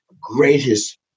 greatest